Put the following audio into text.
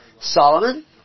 Solomon